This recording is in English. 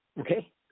okay